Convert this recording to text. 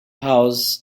house